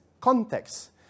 context